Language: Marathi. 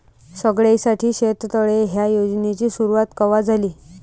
सगळ्याइसाठी शेततळे ह्या योजनेची सुरुवात कवा झाली?